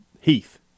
Heath